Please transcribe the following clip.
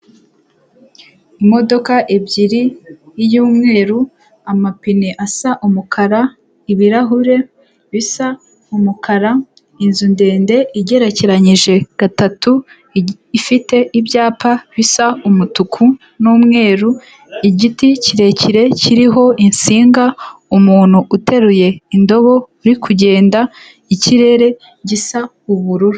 Imodoka ebyiri iy'umweru, amapine asa umukara, ibirahure bisa umukara, inzu ndende igerekeranyije gatatu ifite ibyapa bisa umutuku n'umweru, igiti kirekire kiriho insinga, umuntu uteruye indobo uri kugenda, ikirere gisa ubururu.